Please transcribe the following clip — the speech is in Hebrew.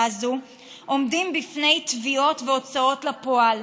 הזאת עומדים בפני תביעות והוצאות לפועל,